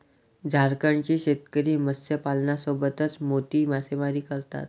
झारखंडचे शेतकरी मत्स्यपालनासोबतच मोती मासेमारी करतात